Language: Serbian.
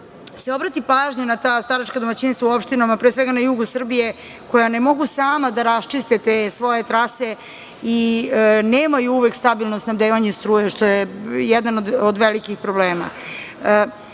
se obrati pažnja na ta staračka domaćinstva u opštinama, pre svega na jugu Srbije koja ne mogu sama da raščiste te svoje trase i nemaju uvek stabilno snabdevanje strujom, što je jedan od velikih problema. Na